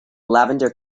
lavender